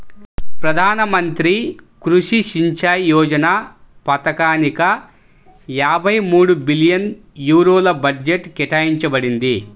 ప్రధాన మంత్రి కృషి సించాయ్ యోజన పథకానిక యాభై మూడు బిలియన్ యూరోల బడ్జెట్ కేటాయించబడింది